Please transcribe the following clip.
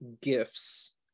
gifts